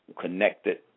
connected